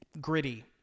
gritty